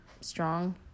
strong